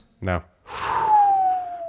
no